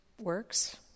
works